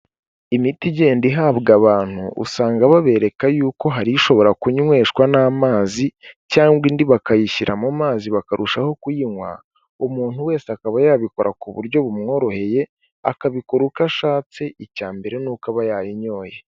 Imiti igenda ihabwa abantu usanga babereka yuko hari ishobora kunyweshwa n'amazi cyangwa indi bakayishyira mu mazi bakarushaho kuyinywa, umuntu wese akaba yabikora ku buryo bumworoheye akabikora uko ashatse icya mbere ni uko aba yayinyoye.